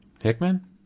Hickman